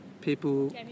people